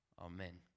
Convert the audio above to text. Amen